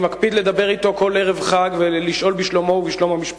אני מקפיד לדבר אתו כל ערב חג ולשאול בשלומו ובשלום המשפחה.